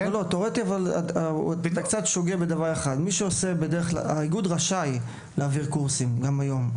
אבל אתה קצת שוגה בדבר אחד: האיגוד רשאי להעביר קורסים גם היום,